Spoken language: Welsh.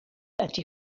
ydy